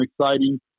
exciting